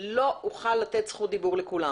לא אוכל לתת זכות דיבור לכולם.